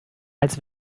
als